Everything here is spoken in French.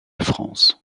france